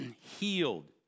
healed